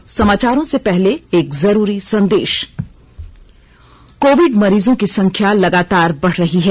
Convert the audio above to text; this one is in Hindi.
और समाचारों से पहले एक जरूरी संदे ा कोविड मरीजों की संख्या लगातार बढ़ रही है